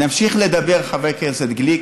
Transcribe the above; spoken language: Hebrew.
נמשיך לדבר, חבר הכנסת גליק,